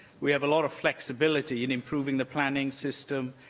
we have a lot of flexibility in improving the planning system,